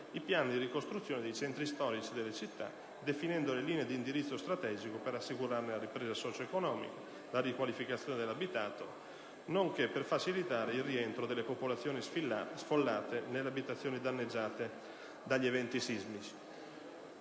2, piani di ricostruzione del centro storico delle città definendo le linee di indirizzo strategico per assicurarne la ripresa socio-economica e la riqualificazione dell'abitato, nonché per facilitare il rientro delle popolazioni sfollate nelle abitazioni danneggiate dagli eventi sismici.